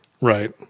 Right